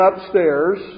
upstairs